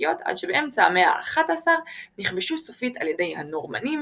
הוויקינגיות עד שבאמצע המאה ה-11 נכבשו סופית על ידי הנורמנים,